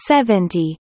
Seventy